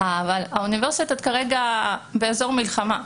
אבל האוניברסיטאות כרגע באזור מלחמה,